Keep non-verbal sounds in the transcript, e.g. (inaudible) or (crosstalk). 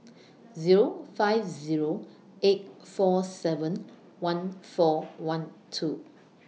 (noise) Zero five Zero eight four seven one four one two (noise)